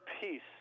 peace